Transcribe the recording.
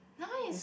now is